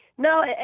No